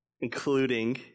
including